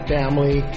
family